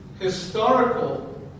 historical